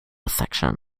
section